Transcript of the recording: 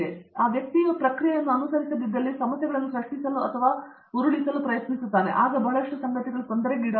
ಅರಂದಾಮ ಸಿಂಗ್ ಈ ವ್ಯಕ್ತಿಯು ಪ್ರಕ್ರಿಯೆಯು ಅನುಸರಿಸದಿದ್ದಲ್ಲಿ ಸಮಸ್ಯೆಗಳನ್ನು ಸೃಷ್ಟಿಸಲು ಅಥವಾ ಉರುಳಿಸಲು ಪ್ರಯತ್ನಿಸುತ್ತಾನೆ ಆಗ ಬಹಳಷ್ಟು ಸಂಗತಿಗಳು ತೊಂದರೆಗೀಡಾಗುತ್ತವೆ